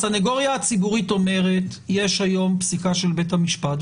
הסנגוריה הציבורית אומרת שיש היום פסיקה של בית המשפט,